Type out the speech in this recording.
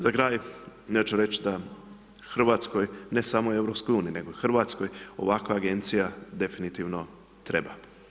Za kraj, ja ću reći, da Hrvatskoj, ne samo EU, nego Hrvatskoj ovakva agencija definitivno treba.